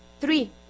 Three